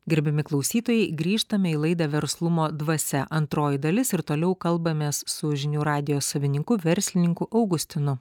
gerbiami klausytojai grįžtame į laidą verslumo dvasia antroji dalis ir toliau kalbamės su žinių radijo savininku verslininku augustinu